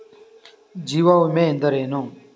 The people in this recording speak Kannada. ಜೀವ ವಿಮೆ ಎಂದರೇನು?